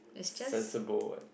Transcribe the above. sensible what